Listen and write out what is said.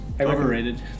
Overrated